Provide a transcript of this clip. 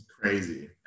Crazy